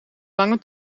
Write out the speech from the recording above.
lange